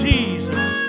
Jesus